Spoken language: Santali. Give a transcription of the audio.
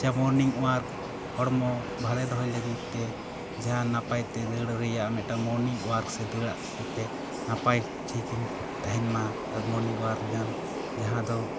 ᱡᱟᱦᱟᱸ ᱢᱚᱨᱱᱤᱝ ᱚᱣᱟᱨᱠ ᱦᱚᱲᱢᱚ ᱵᱷᱟᱞᱮ ᱫᱚᱦᱚᱭ ᱞᱟᱹᱜᱤᱫ ᱛᱮ ᱡᱟᱦᱟᱸ ᱱᱟᱯᱟᱭ ᱛᱮ ᱫᱟᱹᱲ ᱨᱮᱭᱟᱜ ᱢᱤᱫᱴᱟᱝ ᱢᱚᱨᱱᱤᱝ ᱚᱣᱟᱨᱠ ᱥᱮ ᱫᱟᱹᱲᱟᱜ ᱛᱮ ᱱᱟᱯᱟᱭ ᱴᱷᱤᱠ ᱤᱧ ᱛᱟᱦᱮᱱ ᱢᱟ ᱢᱚᱨᱱᱤᱝ ᱚᱣᱟᱨᱠ ᱡᱟ ᱡᱟᱦᱟᱸ ᱫᱚ